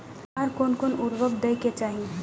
आर कोन कोन उर्वरक दै के चाही?